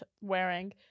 wearing